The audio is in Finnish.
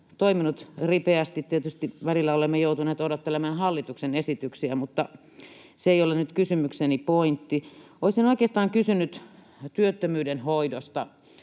toiminut ripeästi — tietysti välillä olemme joutuneet odottelemaan hallituksen esityksiä — mutta se ei ole nyt kysymykseni pointti. Olisin oikeastaan kysynyt työttömyyden hoidosta.